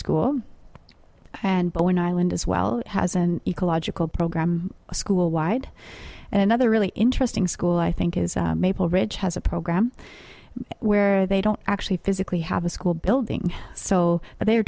school and but one island as well has an ecological program a school wide and another really interesting school i think is maple ridge has a program where they don't actually physically have a school building so but they are